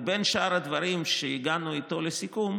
ובין שאר הדברים שהגענו איתו לסיכום,